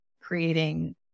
creating